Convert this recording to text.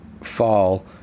fall